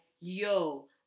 yo